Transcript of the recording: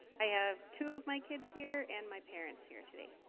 have two of my kids here and my parents here today